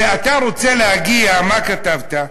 ואתה רוצה להגיע, מה כתבת?